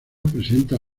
presenta